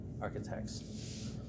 architects